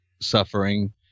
suffering